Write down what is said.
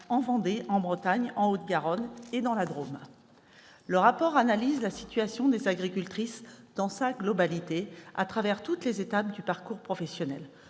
en Vendée, en Bretagne, en Haute-Garonne et dans la Drôme. Le rapport analyse la situation des agricultrices dans sa globalité, au travers de toutes les étapes de leur parcours professionnel